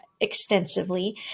extensively